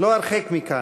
לא הרחק מכאן,